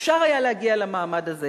אפשר היה להגיע למעמד הזה